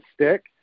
stick